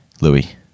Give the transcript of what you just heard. Louis